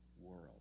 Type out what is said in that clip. world